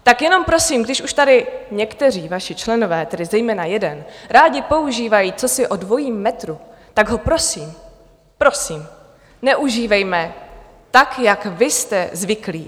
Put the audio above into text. Tak jenom prosím, když už tady někteří vaši členové, tedy zejména jeden, rádi používají cosi o dvojím metru, tak ho prosím, prosím, neužívejme tak, jak vy jste zvyklí.